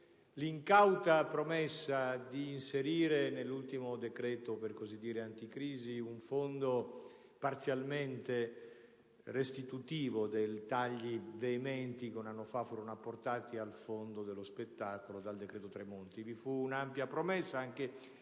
l'incauta promessa di inserire nell'ultimo decreto, per così dire, anticrisi, un fondo parzialmente restitutivo dei tagli veementi che un anno fa furono apportati al Fondo unico per lo spettacolo dal cosiddetto decreto Tremonti.